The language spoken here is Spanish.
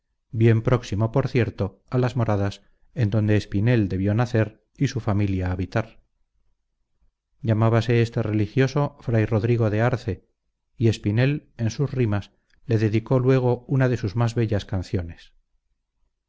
bien próximo por cierto a las moradas en donde espinel debió nacer y su familia habitar llamábase este religioso fray rodrigo de arce y espinel en sus rimas le dedicó luego una de sus más bellas canciones